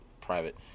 private